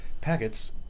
packets